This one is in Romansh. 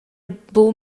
buca